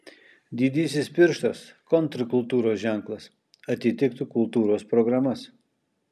didysis pirštas kontrkultūros ženklas atitiktų kultūros programas